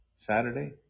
Saturday